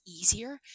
easier